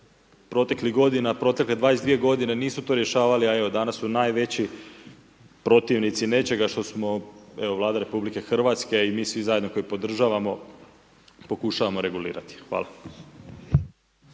proteklih godina, protekle 22 g. nisu to rješavali a evo danas su najveći protivnici nečega što smo evo Vlada RH a i mi svi zajedno koji podržavamo, pokušavamo regulirati. Hvala.